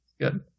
good